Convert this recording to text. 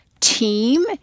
team